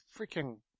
freaking